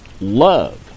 love